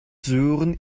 sören